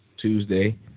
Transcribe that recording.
Tuesday